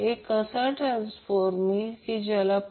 तर हे येथून 0 पासून सुरू होत आहे